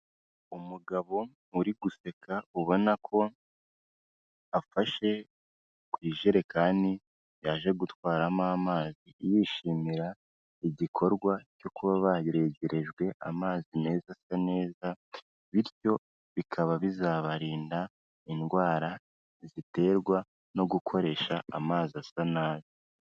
Umugabo uri guseka ubona ko, afashe ku ijerekani yaje gutwaramo amazi, yishimira igikorwa cyo kuba baregerejwe amazi meza asa neza bityo bikaba bizabarinda indwara ziterwa no gukoresha amazi asa nabi.